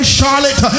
Charlotte